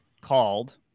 called